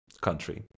country